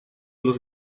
los